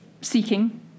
seeking